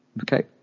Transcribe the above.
okay